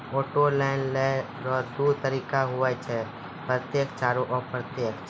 auto loan लेय रो दू तरीका हुवै छै प्रत्यक्ष आरू अप्रत्यक्ष